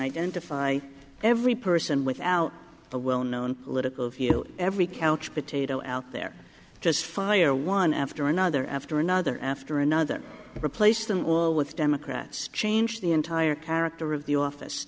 identify every person without the well known political view every couch potato out there just fire one after another after another after another and replace them with democrats change the entire character of the office